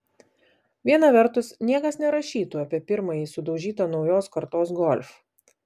viena vertus niekas nerašytų apie pirmąjį sudaužytą naujos kartos golf